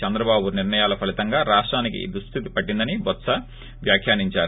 చంద్రబాబు నిర్ణయాల ఫలితంగా రాష్టానికి ఈ దుస్లితి పట్టిందని బొత్స వ్యాఖ్యానించారు